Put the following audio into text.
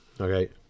Okay